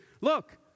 look